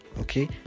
okay